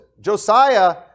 Josiah